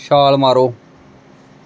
ਛਾਲ ਮਾਰੋ